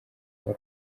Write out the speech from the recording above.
wari